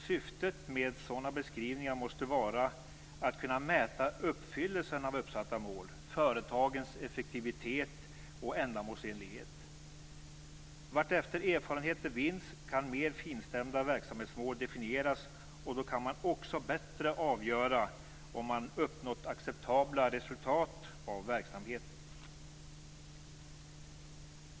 Syftet med sådana beskrivningar måste vara att kunna mäta uppfyllelsen av uppsatta mål, företagens effektivitet och ändamålsenlighet. Vartefter erfarenheter vinns kan mer finstämda verksamhetsmål definieras. Då kan man också bättre avgöra om man uppnått acceptabla resultat av verksamheten.